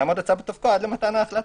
יעמוד הצו בתוקף עד למתן ההחלטה.